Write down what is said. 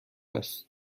است